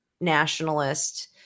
nationalist